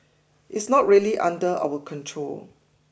it's not really under our control